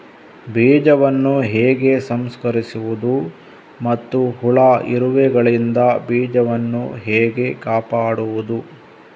ಬೀಜವನ್ನು ಹೇಗೆ ಸಂಸ್ಕರಿಸುವುದು ಮತ್ತು ಹುಳ, ಇರುವೆಗಳಿಂದ ಬೀಜವನ್ನು ಹೇಗೆ ಕಾಪಾಡುವುದು?